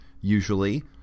usually